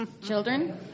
children